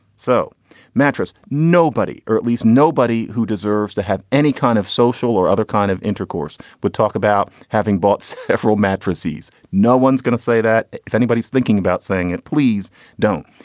so mattress nobody or at least nobody who deserves to have any kind of social or other kind of intercourse would talk about having bought several mattresses. no one's gonna say that. if anybody is thinking about saying it, please don't.